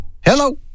Hello